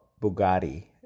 Bugatti